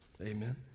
Amen